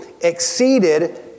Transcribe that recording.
exceeded